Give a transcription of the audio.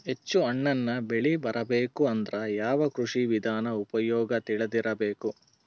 ಹೆಚ್ಚು ಹಣ್ಣನ್ನ ಬೆಳಿ ಬರಬೇಕು ಅಂದ್ರ ಯಾವ ಕೃಷಿ ವಿಧಾನ ಉಪಯೋಗ ತಿಳಿದಿರಬೇಕು?